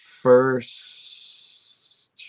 first